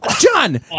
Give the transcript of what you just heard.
John